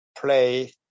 play